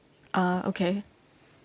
uh okay